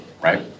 right